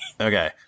Okay